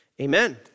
Amen